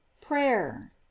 prayer